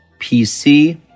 PC